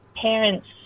parents